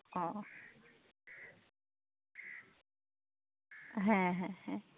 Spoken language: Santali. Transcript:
ᱚ ᱦᱮᱸ ᱦᱮᱸ ᱦᱮᱸ